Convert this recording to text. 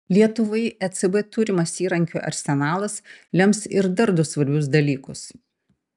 lietuvai ecb turimas įrankių arsenalas lems ir dar du svarbius dalykus